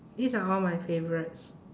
these are all my favourites